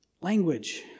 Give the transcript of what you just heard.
language